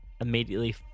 immediately